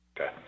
Okay